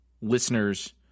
listeners